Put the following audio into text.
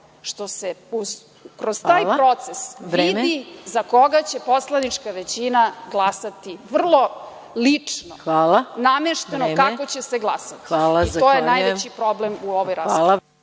što se kroz taj proces vidi za koga će poslanička većina glasati vrlo lično, namešteno kako će se glasati, i to je najveći problem u ovoj raspravi.